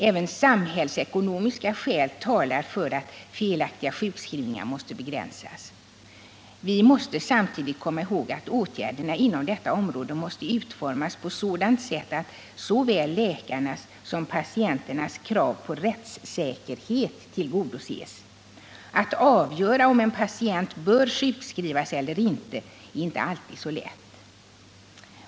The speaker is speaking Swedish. Även samhällsekonomiska skäl talar för att antalet felaktiga sjukskrivningar begränsas. Vi måste samtidigt komma ihåg att åtgärderna inom detta område måste utformas på sådant sätt att såväl läkarnas som patienternas krav på rättssäkerhet tillgodoses. Att avgöra om en patient bör sjukskrivas eller ej är inte alltid så lätt.